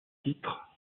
titres